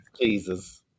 Jesus